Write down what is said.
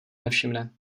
nevšimne